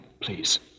please